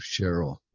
Cheryl